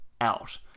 out